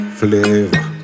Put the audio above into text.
flavor